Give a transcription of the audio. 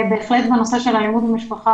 בהחלט בנושא של אלימות במשטרה,